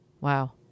Wow